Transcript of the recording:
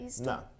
No